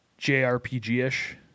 JRPG-ish